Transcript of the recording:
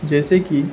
جیسے کہ